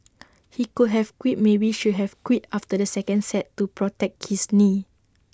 he could have quit maybe should have quit after the second set to protect his knee